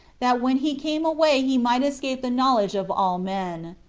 that when he came away he might escape the knowledge of all men.